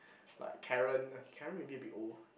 like Karen okay Karen maybe a bit old